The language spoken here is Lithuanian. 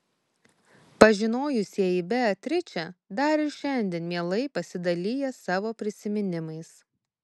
pažinojusieji beatričę dar ir šiandien mielai pasidalija savo prisiminimais